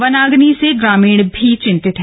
वनाग्नि से ग्रामीण भी चिंतित हैं